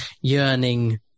yearning